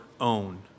own